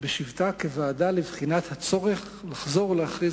הזמנית בשבתה כוועדה לבחינת הצורך לחזור ולהכריז